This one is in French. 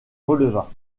releva